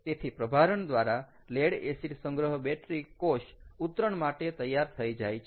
તેથી પ્રભારણ દ્વારા લેડ એસિડ સંગ્રહ બેટરી કોષ ઉતરણ માટે તૈયાર થઈ જાય છે